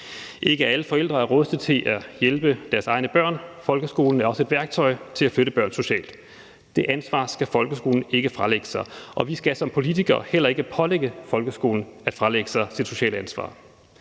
Ikke alle forældre er rustet til at hjælpe deres egne børn. Folkeskolen er også et værktøj til at flytte børn socialt. Det ansvar skal folkeskolen ikke fralægge sig, og vi skal som politikere heller ikke pålægge folkeskolen at fralægge sig sit sociale ansvar.